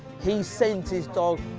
he sent his dog,